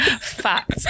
Fact